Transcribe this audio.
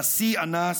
נשיא אנס,